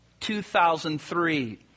2003